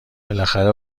بالاخره